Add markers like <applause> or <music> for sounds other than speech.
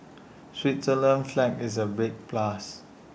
<noise> Switzerland's flag is A big plus